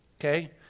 Okay